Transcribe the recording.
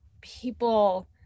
people